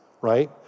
right